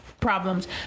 problems